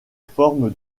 forme